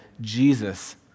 Jesus